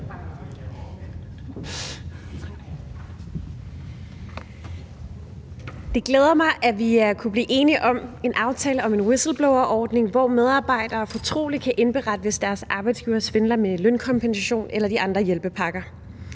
Det glæder mig, at vi har kunnet blive enige om en aftale om en whistleblowerordning, hvor medarbejdere fortroligt kan indberette, hvis deres arbejdsgivere svindler med lønkompensation eller de andre hjælpepakker.